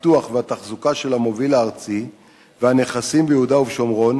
הפיתוח והתחזוקה של המוביל הארצי והנכסים ביהודה ובשומרון